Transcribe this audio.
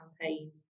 campaign